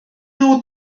nhw